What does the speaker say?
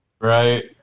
Right